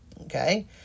okay